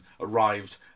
arrived